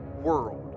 world